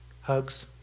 hugs